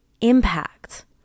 impact